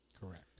Correct